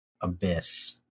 abyss